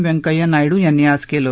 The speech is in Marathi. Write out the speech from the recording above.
व्यंकंय्या नायडू यांनी आज केलं